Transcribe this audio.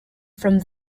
from